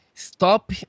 Stop